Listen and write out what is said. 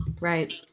Right